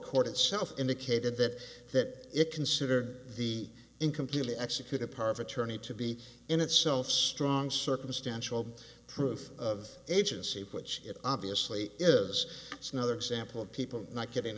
court itself indicated that that it considered the incomplete execute a power of attorney to be in itself strong circumstantial proof of agency which it obviously is another example of people not getting